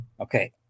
okay